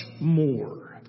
more